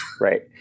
right